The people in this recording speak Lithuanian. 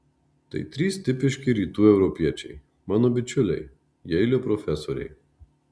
tai trys tipiški rytų europiečiai mano bičiuliai jeilio profesoriai